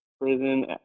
prison